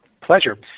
Pleasure